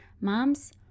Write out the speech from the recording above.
Moms